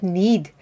need